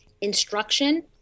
instruction